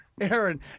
Aaron